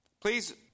Please